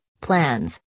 plans